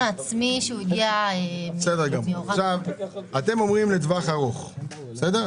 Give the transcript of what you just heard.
העצמי שהוא הגיע --- עכשיו אתם אומרים לטווח ארוך בסדר?